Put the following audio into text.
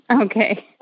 Okay